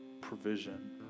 provision